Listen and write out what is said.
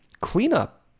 cleanup